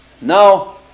Now